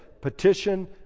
petition